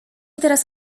teraz